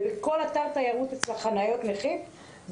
ובכל אתר תיירות אצלה חניות נכים,